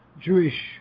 Jewish